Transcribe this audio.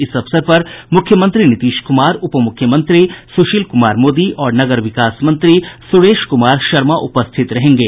इस अवसर पर मुख्यमंत्री नीतीश कुमार उप मुख्यमंत्री सुशील कुमार मोदी और नगर विकास मंत्री सुरेश शर्मा उपस्थित रहेंगे